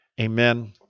Amen